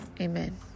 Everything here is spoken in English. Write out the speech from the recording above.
Amen